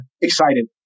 excited